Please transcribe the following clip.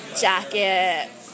jacket